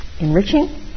enriching